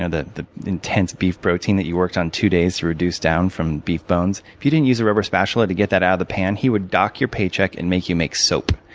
ah the the intense beef protein that you worked on two days to reduce down from beef bones, if you didn't use a rubber spatula to get that out of the pan, he would dock your paycheck and make you make soap.